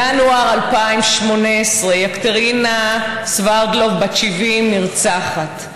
ינואר 2018: יקטרינה סברדלוב בת 70, נרצחת,